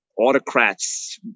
autocrats